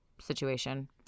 situation